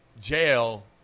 jail